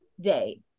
day